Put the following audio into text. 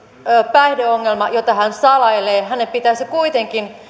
päihdeongelma jota hän salailee pitäisi kuitenkin